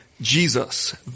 Jesus